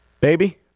baby